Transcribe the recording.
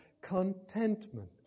contentment